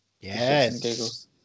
Yes